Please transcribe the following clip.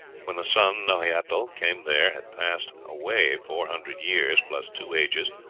when the sun nahui-atl came there had passed away four hundred years, plus two ages,